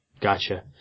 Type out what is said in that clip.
Gotcha